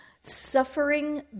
Suffering